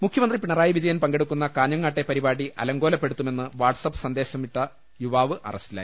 മുഖ്യമന്ത്രി പിണറായി വിജയൻ പങ്കെടുക്കുന്ന കാഞ്ഞങ്ങാട്ടെ പരിപാടി അലങ്കോലപ്പെടുത്തുമെന്ന് വാട്സ്അപ്പ് സന്ദേശം വിട്ട യുവാവ് അറസ്റ്റിൽ